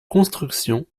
construction